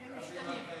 זה משתנה.